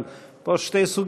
אבל פה יש שתי סוגיות,